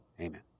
Amen